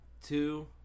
Two